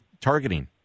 targeting